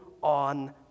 on